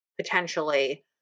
potentially